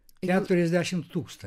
keturiasdešimt tūkstančių